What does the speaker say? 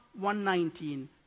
119